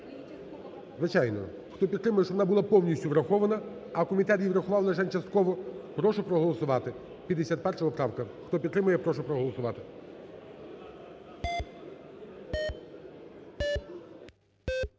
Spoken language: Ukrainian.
Звичайно, хто підтримує, щоб вона була повністю врахована, а комітет її врахував лишень частково, прошу проголосувати, 51 поправка. Хто підтримує, прошу проголосувати.